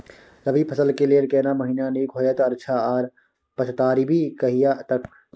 रबी फसल के लेल केना महीना नीक होयत अछि आर पछाति रबी कहिया तक?